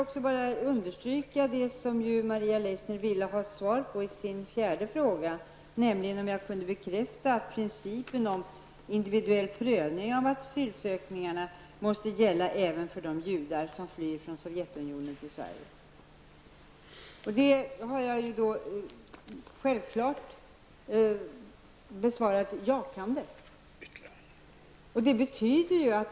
I sin fjärde fråga begärde Maria Leissner ett svar på om jag kunde bekräfta att principen om individuell prövning av asylsökningarna måste gälla även för de judar som flyr från Sovjetunionen till Sverige. Den frågan har jag självfallet besvarat jakande.